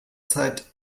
zeit